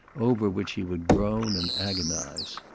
over which he would groan and agonize.